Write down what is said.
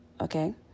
Okay